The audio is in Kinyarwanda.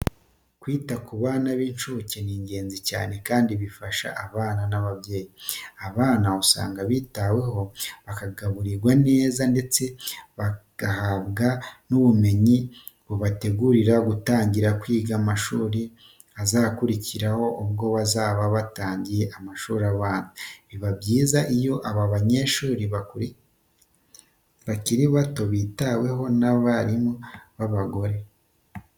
Kwita ku bana b'inshuke ni ingenzi cyane kandi bifasha abana n'ababyeyi. Abana usanga bitabwaho bakagaburirwa neza ndetse bagahabwa n'ubumenyi bubategurira gutangira kwiga amasomo azakurikiraho ubwo bazaba batangiye amashuri abanza. Biba byiza iyo abanyeshuri bakiri bato bitaweho n'abarimu b'abagore.